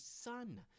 son